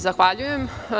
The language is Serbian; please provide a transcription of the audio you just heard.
Zahvaljujem.